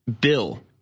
bill